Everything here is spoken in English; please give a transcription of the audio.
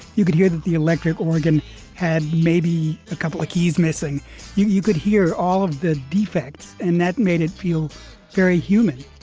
you could hear that the electric organ had maybe a couple of keys missing you you could hear all of the defects. and that made it feel very human.